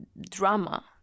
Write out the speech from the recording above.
drama